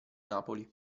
napoli